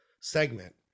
segment